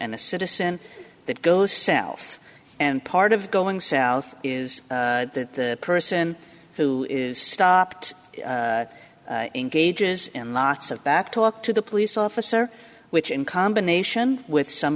and a citizen that goes south and part of going south is that the person who is stopped engages in lots of back talk to the police officer which in combination with some